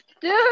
Dude